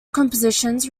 compositions